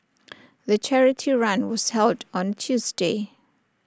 the charity run was held on Tuesday